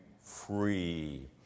free